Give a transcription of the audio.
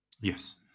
Yes